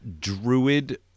druid